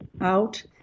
out